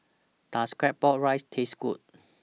Does Claypot Rice Taste Good